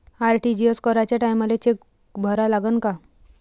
RTGS कराच्या टायमाले cheque भरा लागन का?